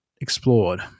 explored